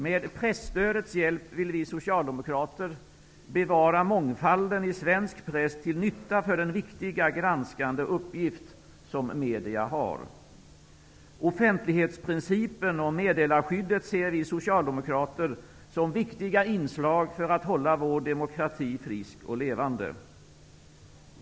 Med presstödets hjälp vill vi socialdemokrater bevara mångfalden i svensk press till nytta för den viktiga granskande uppgift som medierna har. Offentlighetsprincipen och meddelarskyddet ser vi socialdemokrater som viktiga inslag för att hålla vår demokrati frisk och levande.